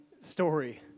story